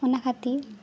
ᱚᱱᱟ ᱠᱷᱟᱹᱛᱤᱨ